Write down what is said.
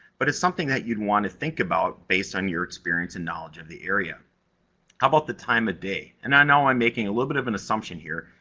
but it's something that you'd want to think about based on your experience and knowledge of the area. how about the time of day? and i know i'm making a little bit of an assumption here,